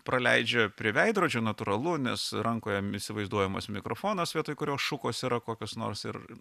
praleidžia prie veidrodžio natūralu nes rankoje įsivaizduojamas mikrofonas vietoj kurio šukos yra kokios nors ir